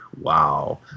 Wow